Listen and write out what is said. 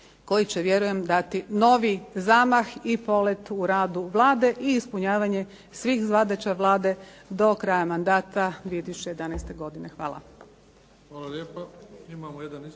koji će vjerujem dati novi zamah i polet u radu Vlade i ispunjavanje svih zadaća Vlade do kraja mandata 2011. godine. Hvala.